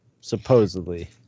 supposedly